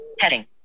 Heading